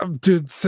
dude